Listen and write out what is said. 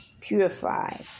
purified